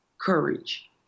courage